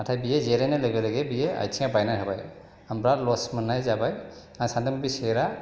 नाथाय बियो जिरायनाय लोगो लोगो बियो आथिङा बायना होबाय आं बिराथ लस्थ मोन्नाय जाबाय आं सानदोंमोन बे सेयारा